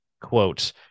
quote